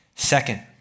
Second